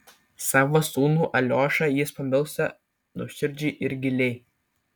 savo sūnų aliošą jis pamilsta nuoširdžiai ir giliai